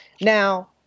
Now